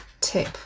tip